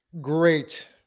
Great